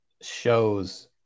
shows